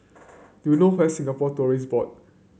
do you know where Singapore Tourism Board